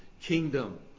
kingdom